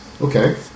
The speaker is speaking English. okay